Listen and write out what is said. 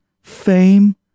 Fame